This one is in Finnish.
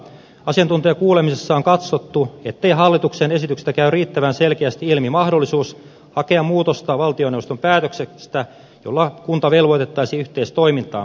asiantuntijakuulemisessa on katsottu ettei hallituksen esityksestä käy riittävän selkeästi ilmi mahdollisuus hakea muutosta valtioneuvoston päätöksestä jolla kunta velvoitettaisiin yhteistoimintaan